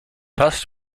passt